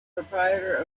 proprietor